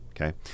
okay